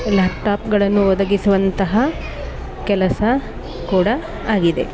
ಲ್ಯಾಪ್ಟಾಪುಗಳನ್ನು ಒದಗಿಸುವಂತಹ ಕೆಲಸ ಕೂಡ ಆಗಿದೆ